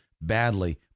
badly